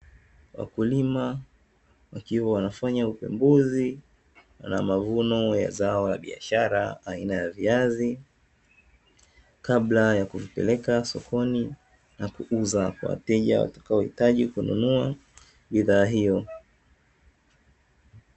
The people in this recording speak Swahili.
Wakulima wakiwa wanafanya upembuzi la mavuno ya zao la biashara aina ya viazi, kabla ya kupeleka sokoni na kuuza kwa wateja watakaohitaji kununua bidhaa hiyo.